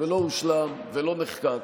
לא הושלם ולא נחקק.